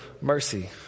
mercy